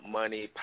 money